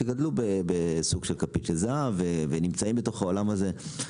שגדלו בסוג של כפית של זהב ונמצאים בתוך העולם הזה,